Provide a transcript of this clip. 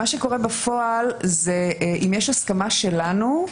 מה שקורה בפועל זה שאם יש הסכמה שלנו,